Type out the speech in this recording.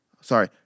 Sorry